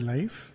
Life